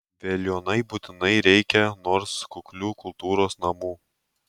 veliuonai būtinai reikia nors kuklių kultūros namų